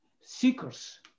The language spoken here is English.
seekers